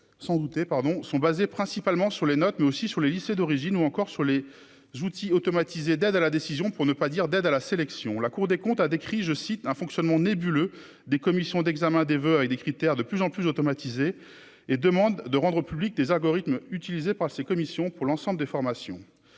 sans douter pardon sont basés principalement sur les notes, mais aussi sur les lycées d'origine ou encore sur les j'outils automatisés d'aide à la décision pour ne pas dire d'aide à la sélection, la Cour des comptes a décrit, je cite un fonctionnement nébuleux des commissions d'examen des voeux et des critères de plus en plus automatisés et demande de rendre publiques des algorithmes utilisés par ces commissions pour l'ensemble des formations,